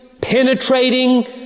penetrating